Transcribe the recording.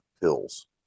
pills